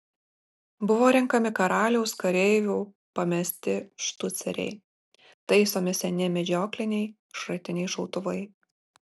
buvo renkami karaliaus kareivių pamesti štuceriai taisomi seni medžiokliniai šratiniai šautuvai